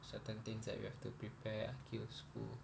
certain things that we have to prepare akid uh school